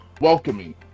welcoming